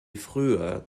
früher